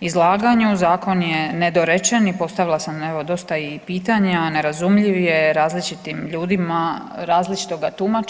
izlaganju, zakon je nedorečen i postavila sam evo dosta i pitanja, nerazumljiv je različitim ljudima, različito ga tumače.